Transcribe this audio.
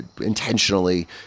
intentionally